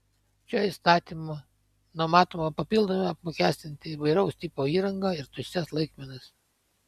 šiuo įstatymu numatoma papildomai apmokestinti įvairaus tipo įrangą ir tuščias laikmenas